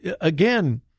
again